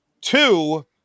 Two